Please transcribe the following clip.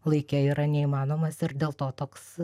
laike yra neįmanomas ir dėl to toks